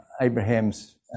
Abraham's